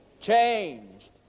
changed